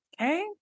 Okay